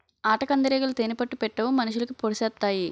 ఆటకందిరీగలు తేనే పట్టు పెట్టవు మనుషులకి పొడిసెత్తాయి